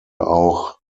auch